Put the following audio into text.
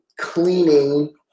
cleaning –